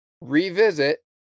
revisit